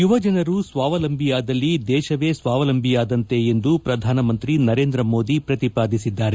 ಯುವಜನರು ಸ್ನಾವಲಂಬಿಯಾದಲ್ಲಿ ದೇಶವೇ ಸ್ನಾವಲಂಬಿಯಾದಂತೆ ಎಂದು ಪ್ರಧಾನಮಂತ್ರಿ ನರೇಂದ್ರ ಮೋದಿ ಪ್ರತಿಪಾದಿಸಿದ್ದಾರೆ